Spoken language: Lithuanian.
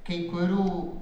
kai kurių